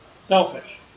selfish